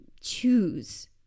choose